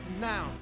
now